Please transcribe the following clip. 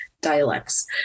dialects